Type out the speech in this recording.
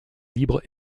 libre